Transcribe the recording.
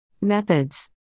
Methods